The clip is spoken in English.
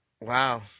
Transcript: Wow